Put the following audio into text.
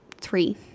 three